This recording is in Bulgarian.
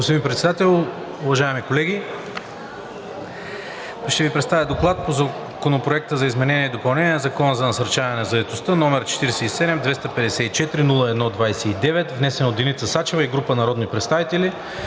Господин Председател, уважаеми колеги! Ще Ви представя: „ДОКЛАД относно Законопроект за изменение и допълнение на Закона за насърчаване на заетостта, № 47-254-01-29, внесен от Деница Сачева и група народни представители